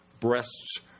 breasts